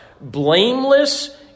blameless